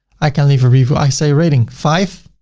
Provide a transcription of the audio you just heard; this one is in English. i can leave a review. i say rating five